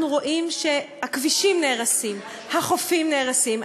אנחנו רואים שהכבישים נהרסים, החופים נהרסים.